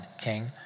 king